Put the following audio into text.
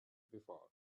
before